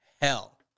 hell